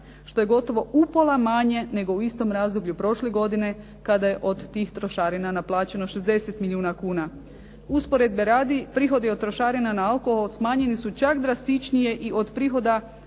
što je gotovo upola manje nego u istom razdoblju prošle godine kada je od tih trošarina naplaćeno 60 milijuna kuna. Usporedbe radi, prihodi od trošarina na alkohol smanjeni su čak drastičnije i od prihoda